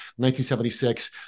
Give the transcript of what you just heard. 1976